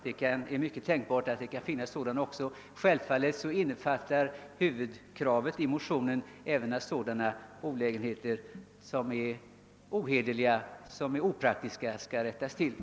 Det är tänkbart att så är fallet. Självfallet innefattar huvudkravet i motionerna även att sådana skillnader, som är helt olämpliga och opraktiska, skall avskaffas.